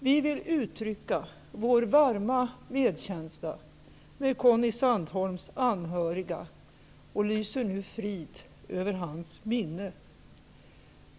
Vi vill uttrycka vår varma medkänsla med Conny Sandholms anhöriga och lyser nu frid över hans minne.